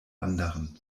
anderen